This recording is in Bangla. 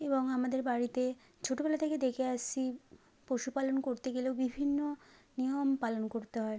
এবং আমাদের বাড়িতে ছোটোবেলা থেকে দেখে আসছি পশুপালন করতে গেলেও বিভিন্ন নিয়ম পালন করতে হয়